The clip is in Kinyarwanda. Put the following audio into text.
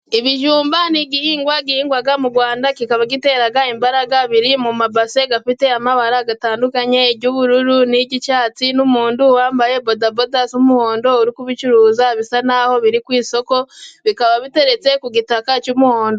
Ibijumba ni igihingwa gihingwa mu Rwanda kikaba gitera imbaraga, biri mu mabase afite amabara atandukanye iry'ubururu, n'iry'icyatsi n'umuntu wambaye bodaboda z'umuhondo uri kubicuruza, bisa n'aho biri ku isoko bikaba biteretse ku gitaka cy'umuhondo.